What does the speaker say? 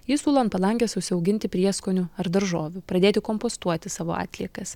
ji siūlo ant palangės užsiauginti prieskonių ar daržovių pradėti kompostuoti savo atliekas